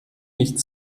nicht